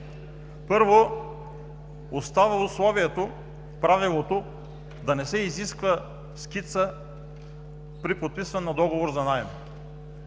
Първо, остава условието, правилото да не се изисква скица при подписването на договор за наем.